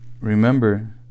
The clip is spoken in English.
remember